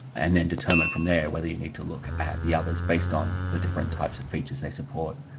and then determine from there, whether you need to look at the others based on the different types of features they support,